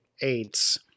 eights